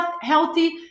healthy